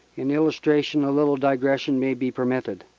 in illustration a little digression may be permitted.